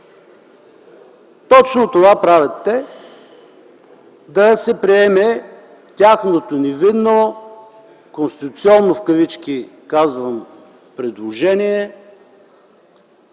Точно това правят те – да се приеме тяхното невинно, конституционно в кавички предложение,